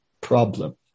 problem